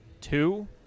two